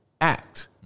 act